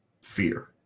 fear